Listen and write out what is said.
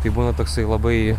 tai būna toksai labai